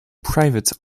private